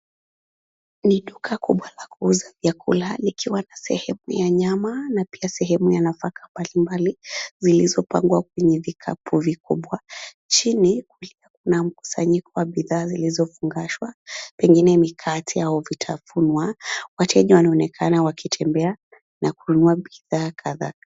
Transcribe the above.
Ni duka kubwa la kuuza vyakula, likiwa na sehemu ya nyama na pia sehemu ya nafaka mbalimbali, zilizopangwa kwenye vikapu vikubwa. Chini kuna mkusanyiko wa bidhaa zilizofungashwa, pengine mikate au vitafunwa, wateja wanaonekana wakitembea na kununua bidhaa kadhaa.